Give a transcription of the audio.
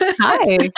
Hi